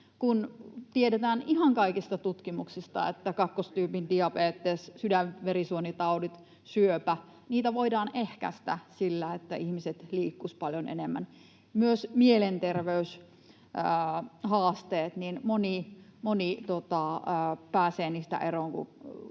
kun tiedetään ihan kaikista tutkimuksista, että kakkostyypin diabetesta, sydän- ja verisuonitauteja ja syöpää voidaan ehkäistä sillä, että ihmiset liikkuisivat paljon enemmän. Myös mielenterveyshaasteista moni pääsee eroon,